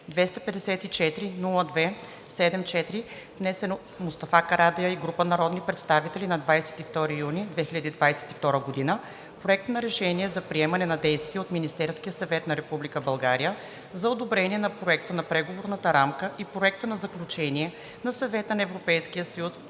47-254-02-74, внесен от Мустафа Карадайъ и група народни представители на 22 юни 2022 г.; Проект на решение за предприемане на действия от Министерския съвет на Република България за одобрение на Проекта на Преговорната рамка и Проекта за Заключение на Съвета на ЕС за европейската